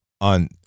on